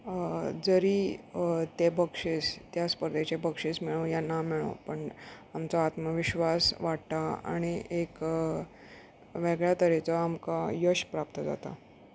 जरी ते बक्षीस त्या स्पर्धेचे बक्षस मेळो या ना मेळो पण आमचो आत्मविश्वास वाडटा आनी एक वेगळ्या तरेचो आमकां यश प्राप्त जाता